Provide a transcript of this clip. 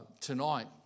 tonight